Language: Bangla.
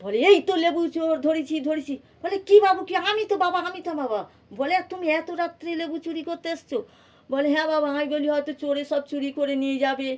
বলে এই তো লেবু চোর ধরেছি ধরেছি বলে কী বাবু কী আমি তো বাবা আমি তো বাবা বলে তুমি এত রাত্রে লেবু চুরি করতে এসেছ বলে হ্যাঁ বাবা আমি বলি হয়তো চোরে সব চুরি করে নিয়ে যাবে